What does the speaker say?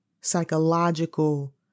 psychological